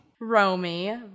Romy